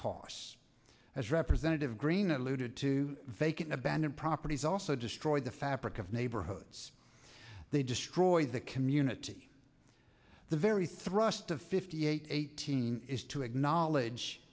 as representative greene alluded to vacant abandoned properties also destroyed the fabric of neighborhoods they destroyed the community the very thrust of fifty eight eighteen is to acknowledge